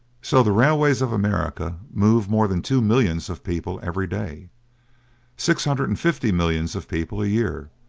so the railways of america move more than two millions of people every day six hundred and fifty millions of people a year,